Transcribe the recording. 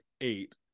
eight